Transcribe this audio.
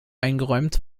eingeräumt